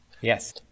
yes